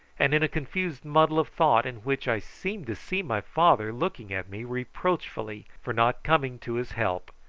and in a confused muddle of thought in which i seemed to see my father looking at me reproachfully for not coming to his help,